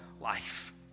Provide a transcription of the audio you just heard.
life